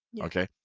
Okay